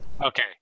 okay